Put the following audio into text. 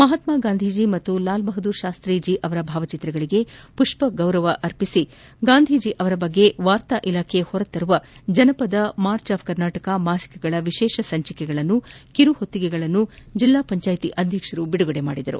ಮಹಾತ್ನಾ ಗಾಂಧೀಜಿ ಮತ್ತು ಲಾಲ್ ಬಹದ್ದೂರ್ ಶಾಸ್ತಿ ಅವರ ಭಾವಚಿತ್ರಗಳಿಗೆ ಪುಷ್ಪ ಗೌರವ ಅರ್ಪಿಸಿ ಮಹಾತ್ನಾ ಗಾಂಧೀಜಿ ಅವರ ಕುರಿತು ವಾರ್ತಾ ಇಲಾಖೆ ಹೊರತರುವ ಜನಪದ ಮಾರ್ಚ್ ಆಫ್ ಕರ್ನಾಟಕ ಮಾಸಿಕಗಳ ವಿಶೇಷ ಸಂಚಿಕೆಗಳನ್ನು ಕಿರುಪುಸ್ತಕಗಳನ್ನು ಜೆಲ್ಲಾ ಪಂಚಾಯಿತಿ ಆಧ್ಯಕ್ಷರು ಬಿಡುಗಡೆ ಮಾಡಿದರು